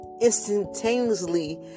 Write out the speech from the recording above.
instantaneously